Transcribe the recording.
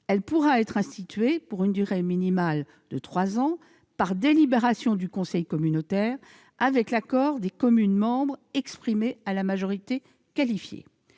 elle pourra être instituée pour une durée minimale de trois ans par délibération du conseil communautaire avec l'accord des communes membres exprimé à la majorité qualifiée.